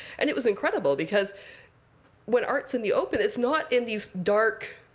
and it was incredible. because when art's in the open, it's not in these dark